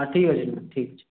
ହଁ ଠିକ୍ ଅଛି ଠିକ୍ ଅଛି